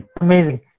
Amazing